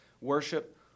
worship